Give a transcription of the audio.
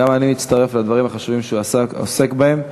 גם אני מצטרף לדברים החשובים שהוא עוסק בהם.